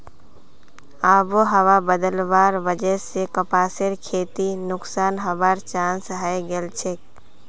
आबोहवा बदलवार वजह स कपासेर खेती नुकसान हबार चांस हैं गेलछेक